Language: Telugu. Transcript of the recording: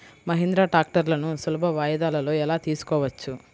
మహీంద్రా ట్రాక్టర్లను సులభ వాయిదాలలో ఎలా తీసుకోవచ్చు?